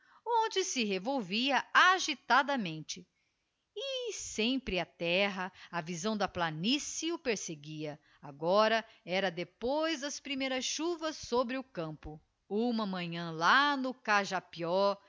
onde se revolvia agitadamente e sempre a terra a visão da planície o perseguia agora era depois das primeiras chuvas sobre o campo uma manhã lá no cajapíó